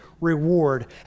reward